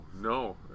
no